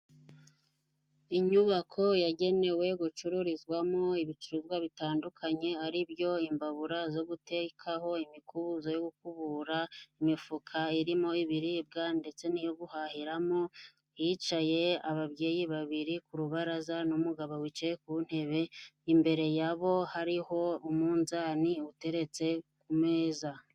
Inyubako yagenewe gucururizwamo ibicuruzwa bitandukanye ari byo imbabura zo gutekaho, imikubuzo yo gukubura, imifuka irimo ibiribwa ndetse n'iyo guhahiramo. Hicaye ababyeyi babiri ku rubaraza n'umugabo wicaye ku ntebe imbere yabo hariho umunzani uteretse ku meza.